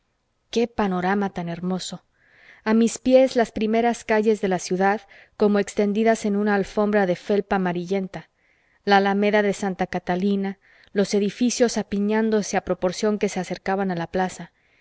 qué panorama tan hermoso a mis pies las primeras calles de la ciudad como extendidas en una alfombra de felpa amarillenta la alameda de santa catalina los edificios apiñándose a proporción que se acercaban a la plaza